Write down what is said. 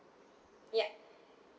ya